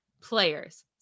players